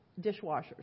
dishwashers